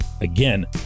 again